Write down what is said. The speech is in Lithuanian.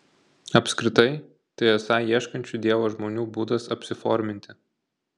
apskritai tai esą ieškančių dievo žmonių būdas apsiforminti